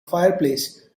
fireplace